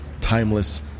timeless